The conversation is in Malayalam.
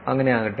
അങ്ങനെയാകട്ടെ